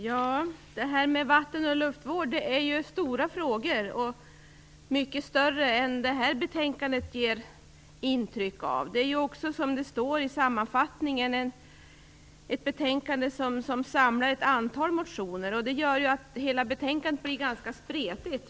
Fru talman! Frågorna om vatten och luftvård är stora - mycket större än vad detta betänkande ger intryck av. Det är också, som det står i sammanfattningen, ett betänkande som samlar ett antal motioner till behandling. Det gör att hela betänkandet blir ganska splittrat.